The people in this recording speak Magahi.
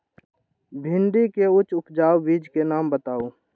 भिंडी के उच्च उपजाऊ बीज के नाम बताऊ?